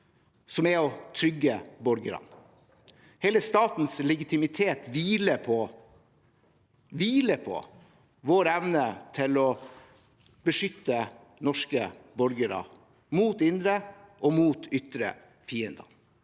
som er å trygge borgerne. Hele statens legitimitet hviler på vår evne til å beskytte norske borgere mot indre og ytre fiender,